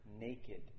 naked